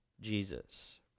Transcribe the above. Jesus